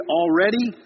already